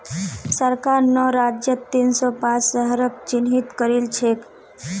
सरकार नौ राज्यत तीन सौ पांच शहरक चिह्नित करिल छे